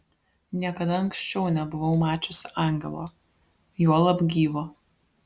niekada anksčiau nebuvau mačiusi angelo juolab gyvo